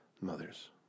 mothers